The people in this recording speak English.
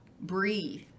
breathe